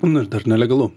nu ir dar nelegalu